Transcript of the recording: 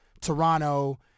Toronto